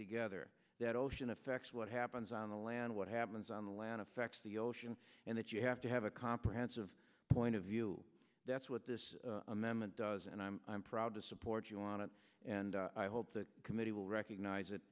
together that ocean affects what happens on the land what happens on the land affects the ocean and that you have to have a comprehensive point of view that's what this amendment does and i'm proud to support you on it and i hope the committee will recognise it